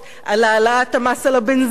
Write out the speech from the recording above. על העלאת המס על הבנזין,